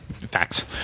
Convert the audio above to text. Facts